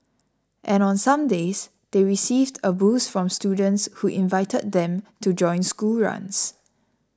and on some days they received a boost from students who invited them to join school runs